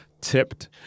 tipped